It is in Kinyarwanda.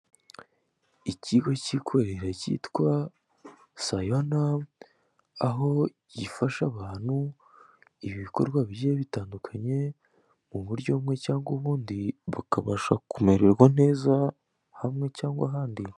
Ikigo kikorera kitwa sayona aho gifasha abantu ibikorwa bi bitandukanye, mu buryo bumwe cyangwa ubundi bakabasha kumererwa neza hamwe cyangwa ahandi.